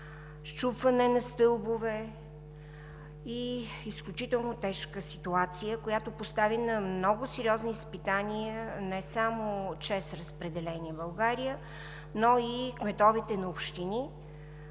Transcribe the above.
счупване на стълбове. Изключително тежка ситуация, която постави на много сериозни изпитания не само „ЧЕЗ Разпределение България“, но и кметовете на общини,